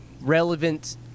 relevant